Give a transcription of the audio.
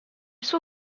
suo